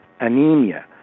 anemia